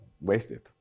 wasted